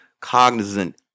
cognizant